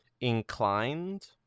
inclined